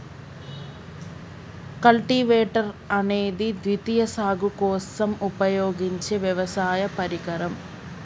cultivator అనేది ద్వితీయ సాగు కోసం ఉపయోగించే వ్యవసాయ పరికరం